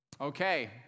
Okay